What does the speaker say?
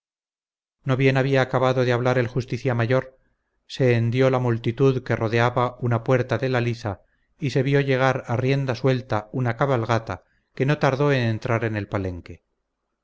no bien había acabado de hablar el justicia mayor se hendió la multitud que rodeaba una puerta de la liza y se vio llegar a rienda suelta una cabalgata que no tardó en entrar en el palenque